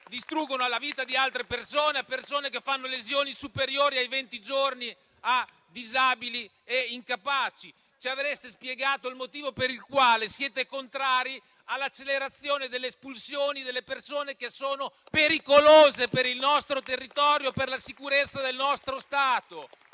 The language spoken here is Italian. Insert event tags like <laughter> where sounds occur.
distruggono la vita di altre persone, persone che fanno lesioni superiori ai venti giorni a disabili e incapaci. Ci avreste spiegato il motivo per il quale siete contrari all'accelerazione delle espulsioni delle persone che sono pericolose per il nostro territorio <applause> e per la sicurezza del nostro Stato.